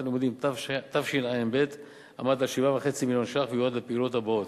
הלימודים תשע"ב עמד על כ-7.5 מיליון ש"ח ויועד לפעילויות הבאות: